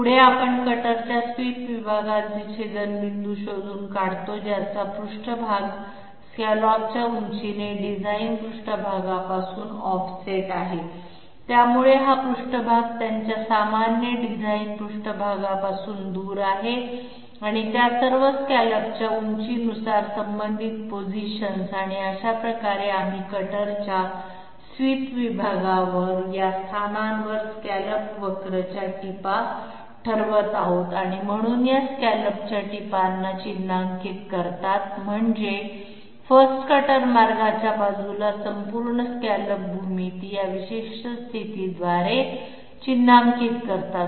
पुढे आपण कटरच्या swept section चे छेदनबिंदू शोधून काढतो ज्याचा पृष्ठभाग स्कॅलॉपच्या उंचीने डिझाइन पृष्ठभागापासून ऑफसेट आहे त्यामुळे हा पृष्ठभाग त्याच्या डिझाइन पृष्ठभागाच्या normal पासून दूर आहे आणि त्या सर्व स्कॅलपच्या उंचीनुसार संबंधित पोझिशन्स आणि अशा प्रकारे आम्ही कटरच्या swept section वर या स्थानांवर स्कॅलप वक्रच्या टिपा ठरवत आहोत म्हणून या स्कॅलपच्या tipsना चिन्हांकित करतात म्हणजे 1st कटर मार्गाच्या बाजूला संपूर्ण स्कॅलप भूमिती या विशिष्ट स्थितीद्वारे चिन्हांकित करतात